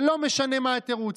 ולא משנה מה התירוץ.